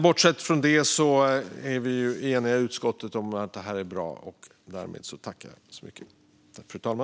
Bortsett från detta är vi eniga i utskottet om att det här är bra.